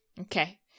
okay